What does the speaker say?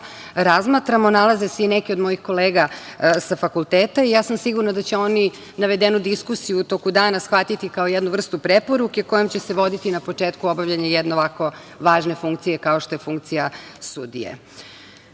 razmatramo nalaze se i neke od mojih kolega sa fakulteta i ja sam sigurna da će oni navedenu diskusiju u toku dana shvatiti kao jednu vrstu preporuke kojom će se voditi na početku obavljanja jedne ovako važne funkcije kao što je funkcija